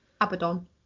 Abaddon